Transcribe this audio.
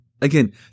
Again